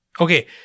okay